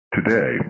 today